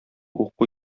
уку